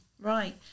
Right